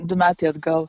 du metai atgal